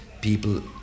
people